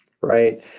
Right